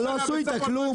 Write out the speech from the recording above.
אבל לא עשו איתה כלום.